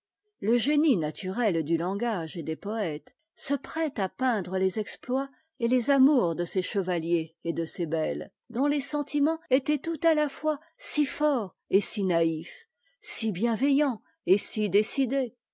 le génie naturel du langage et des poëtes se prête à peindre les exploits t les amours de ces chevaliers et de ces belles dont les sentiments étaient tout à la fois si forts et si naïfs si bienveillants et si décidés